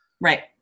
Right